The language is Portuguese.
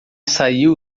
saiu